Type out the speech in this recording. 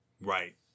Right